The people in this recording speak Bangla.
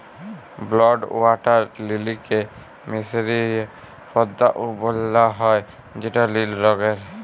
ব্লউ ওয়াটার লিলিকে মিসরীয় পদ্দা ও বলা হ্যয় যেটা লিল রঙের